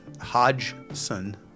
Hodgson